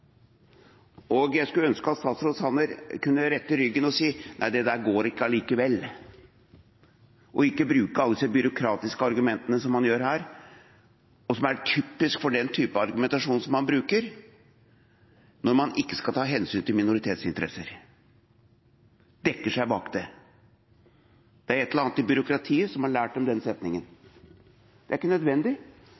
minoritetene. Jeg skulle ønske at statsråd Sanner kunne rette ryggen og si at nei, dette går ikke allikevel, og ikke bruke alle disse byråkratiske argumentene som han gjør her, som er typisk for den typen argumentasjon som man bruker når man ikke skal ta hensyn til minoritetsinteresser, og dekker seg bak det. Det er et eller annet i byråkratiet som har lært dem den setningen. Det er ikke nødvendig.